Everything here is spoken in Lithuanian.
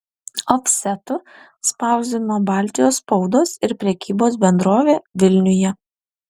ofsetu spausdino baltijos spaudos ir prekybos bendrovė vilniuje